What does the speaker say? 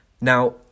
Now